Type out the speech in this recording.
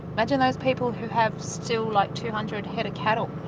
imagine those people who have still like two hundred head of cattle,